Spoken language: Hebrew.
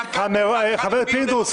חבר הכנסת פינדרוס,